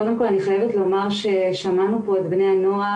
קודם כל אני חייבת לומר ששמענו פה את בני הנוער,